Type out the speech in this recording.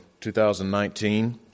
2019